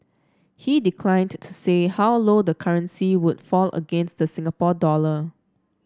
he declined to say how low the currency would fall against the Singapore dollar